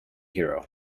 hero